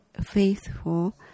faithful